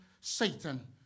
Satan